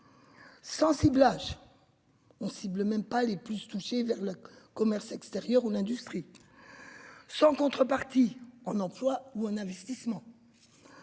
Sans ciblage. On cible même pas les plus touchées vers le commerce extérieur l'industrie. Sans contrepartie on emplois ou un investissement.